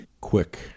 quick